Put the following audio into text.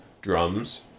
drums